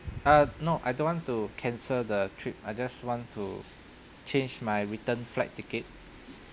uh no I don't want to cancel the trip I just want to change my return flight ticket